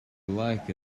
lack